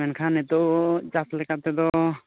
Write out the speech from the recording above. ᱢᱮᱱᱠᱷᱟᱱ ᱱᱤᱛᱳᱜ ᱪᱟᱥ ᱞᱮᱠᱟᱛᱮᱫᱚ